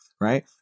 Right